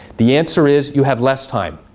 the answer is you have less time.